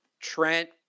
Trent